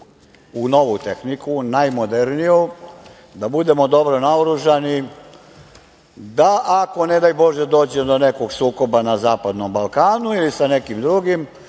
u novu tehniku, najmoderniju, da budemo dobro naoružani, da ako, ne daj bože, dođe do nekog sukoba na Zapadnom Balkanu ili sa nekim drugim,